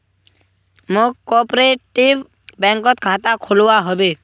मौक कॉपरेटिव बैंकत खाता खोलवा हबे